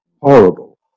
horrible